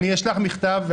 אני אשלח מכתב.